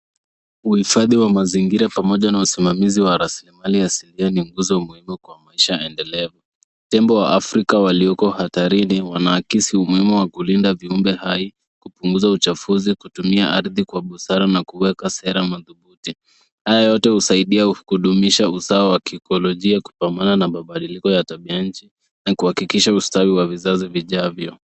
Uhifadhi wa mazingira pamoja na usimamizi wa rasilmali asilia ni nguzo muhimu kwa maisha endelevu. Tembo wa afrika walioko hatarini wanaakisi umeme wa kulinda viumbe hai , kupunguza uchafuzi kutumia ardhi kwa busara na kueka sera madhubhuti. Haya yote husaidia kudumisha usawa wa kiekolojia kupambana na mabadiliko ya tabia nchi na kuhakikisha ustawi wa vizazi vijavyo.